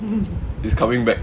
is coming back